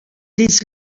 dits